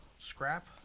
Scrap